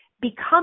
become